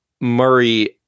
Murray